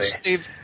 Steve